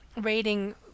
rating